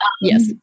yes